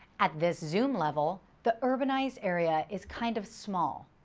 at this zoom level, the urbanized area is kind of small,